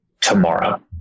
tomorrow